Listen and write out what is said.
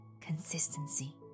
consistency